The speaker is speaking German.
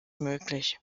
möglich